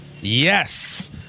Yes